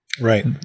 Right